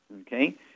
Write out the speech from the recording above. okay